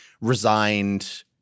resigned